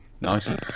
Nice